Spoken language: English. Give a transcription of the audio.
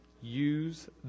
Use